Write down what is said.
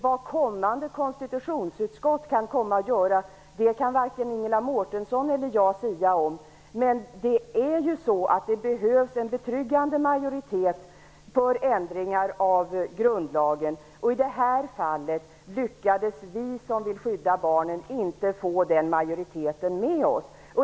Vad kommande konstitutionsutskott kan komma att göra kan varken Ingela Mårtensson eller jag sia om. Men det behövs faktiskt en betryggande majoritet för ändring av grundlagen. I det här fallet lyckades vi som vill skydda barnen inte få majoriteten med oss.